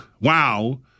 wow